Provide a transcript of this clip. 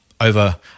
over